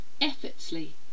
effortlessly